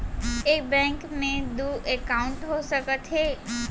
एक बैंक में दू एकाउंट हो सकत हे?